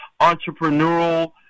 entrepreneurial